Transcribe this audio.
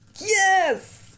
Yes